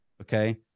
okay